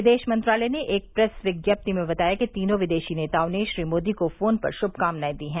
विदेश मंत्रालय ने एक प्रेस विज्ञप्ति में बताया कि तीनों विदेशी नेताओं ने श्री मोदी को फोन पर शुभकामनाएं दी हैं